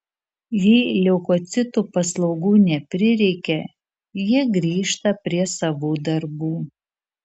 jei leukocitų paslaugų neprireikia jie grįžta prie savų darbų